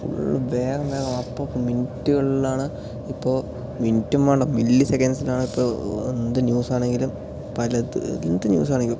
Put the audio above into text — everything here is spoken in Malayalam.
ഫുൾ വേഗം വേഗം അപ്പപ്പം മിനിറ്റുകളിലാണ് ഇപ്പം മിനിറ്റും വേണ്ട മില്ലി സെക്കൻഡ്സിൽ ആണ് ഇപ്പം എന്ത് ന്യൂസ് ആണെങ്കിലും പലത് എന്ത് ന്യൂസ് ആണെങ്കും